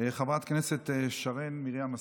חברת הכנסת שרן מרים השכל,